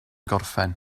gorffen